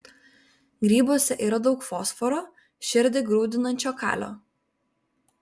grybuose yra daug fosforo širdį grūdinančio kalio